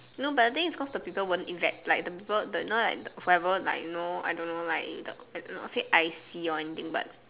no but the thing is cause the people won't like the people you know like forever like you know I don't know not say icy anything but